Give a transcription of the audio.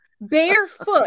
barefoot